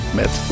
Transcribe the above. met